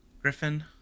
Griffin